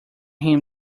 him